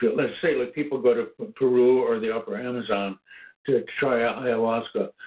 but let's say like people go to peru or the upper amazon to try ah ayahuasca,